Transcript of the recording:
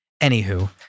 Anywho